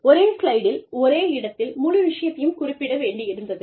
ஒரே ஸ்லைடில் ஒரே இடத்தில் முழு விஷயத்தையும் குறிப்பிட வேண்டியிருந்தது